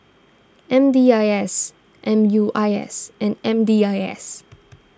M D I S M U I S and M D I S